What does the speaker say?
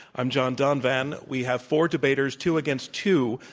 i'm john donvan. we have four debaters, two against two,